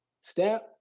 step